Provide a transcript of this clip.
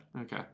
Okay